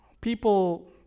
people